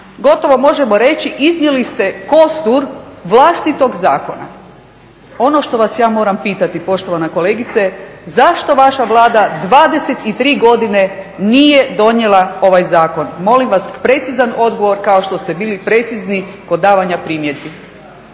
Gotovo možemo reći iznijeli ste kostur vlastitog zakona. Ono što vas ja moram pitati poštovana kolegice zašto vaša Vlada 23 godine nije donijela ovaj zakon. Molim vas precizan odgovor kao što ste bili precizni kod davanja primjedbi.